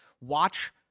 Watch